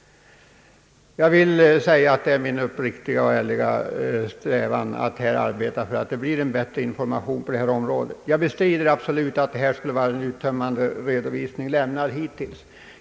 Jag vill bara säga att det är min uppriktiga och ärliga strävan att arbeta för att det blir bättre information på detta område. Jag bestrider absolut att det hittills har lämnats en uttömmande redovisning.